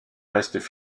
restent